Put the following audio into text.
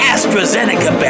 AstraZeneca